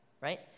right